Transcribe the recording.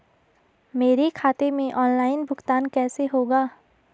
मेरे खाते में ऑनलाइन भुगतान कैसे होगा?